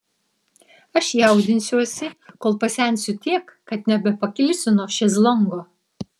aš jaudinsiuosi kol pasensiu tiek kad nebepakilsiu nuo šezlongo